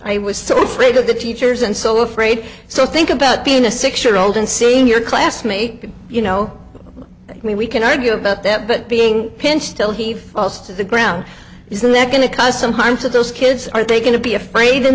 i was so afraid of the teachers and so afraid so think about being a six year old and seeing your classmate you know i mean we can argue about that but being pinched till he falls to the ground isn't that going to cause some harm to those kids are they going to be afraid in